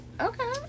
okay